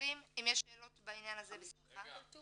יש שאלות בעניין הזה בשמחה.